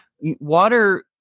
water